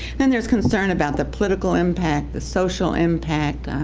and there's concern about the political impact, the social impact,